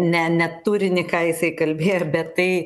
ne ne turinį ką jisai kalbėjo bet tai